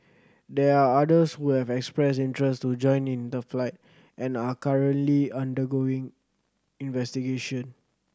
there are others who have expressed interest to join in the fight and are currently under going investigation